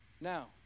Now